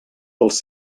els